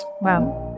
Wow